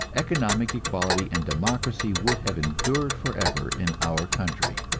economic equality and democracy would have endured forever in our country.